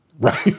Right